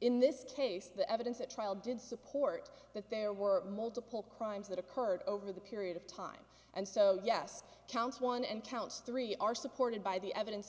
in this case the evidence at trial did support that there were multiple crimes that occurred over the period of time and so yes counts one and counts three are supported by the evidence